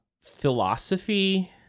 philosophy